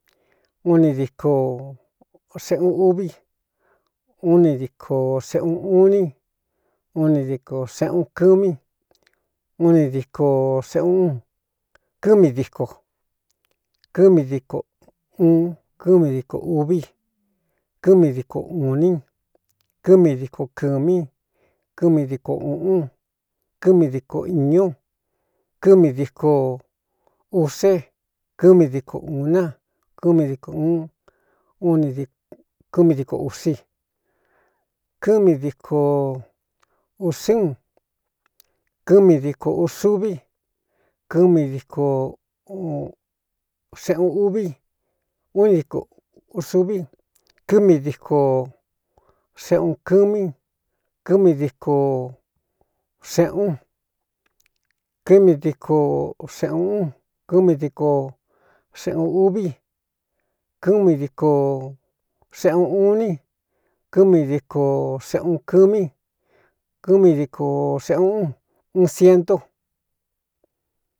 Uni diko sꞌꞌuun uví uni diko seꞌuun uní uni diko seꞌꞌun kɨmí uni diko seꞌꞌuun kɨmii diko kɨmii diko uun kɨ́mi diko uví kɨ mii diko unní kɨ mi diko kɨ̄mí kɨmi diko ūꞌun kɨ mi diko īñu kɨmi dko use kɨmi diko ūna kɨ́mi diko ūun undkɨmi diko usi kɨmi diko usɨ́un kɨmi diko ūsuví kɨ mi dkoseꞌꞌuun uví uni diko usuvi kɨ mi diko seꞌuun kɨmí kɨ mi diko sēꞌun kɨmi diko seꞌūꞌun kɨmi diko xeꞌꞌun uví kɨmi diko seꞌꞌun uini kɨ mi diko seꞌꞌuun kɨmí k mi diko seꞌuꞌun uun sientu.